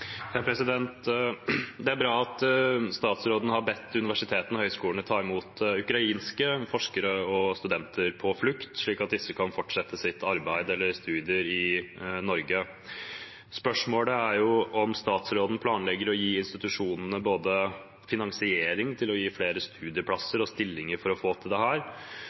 Det blir oppfølgingsspørsmål – først Freddy André Øvstegård. Det er bra at statsråden har bedt universitetene og høyskolene ta imot ukrainske forskere og studenter på flukt, slik at disse kan fortsette sitt arbeid eller sine studier i Norge. Spørsmålet er om statsråden planlegger å gi institusjonene finansiering til å gi flere studieplasser og stillinger for å få til